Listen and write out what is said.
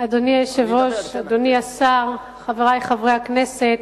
אדוני היושב-ראש, אדוני השר, חברי חברי הכנסת,